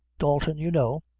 dalton, you know,